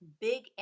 big